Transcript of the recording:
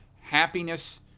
happiness